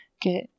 get